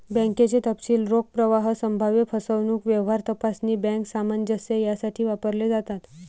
बँकेचे तपशील रोख प्रवाह, संभाव्य फसवणूक, व्यवहार तपासणी, बँक सामंजस्य यासाठी वापरले जातात